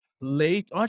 late